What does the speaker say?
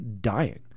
dying